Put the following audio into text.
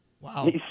Wow